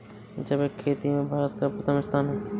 जैविक खेती में भारत का प्रथम स्थान